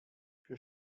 für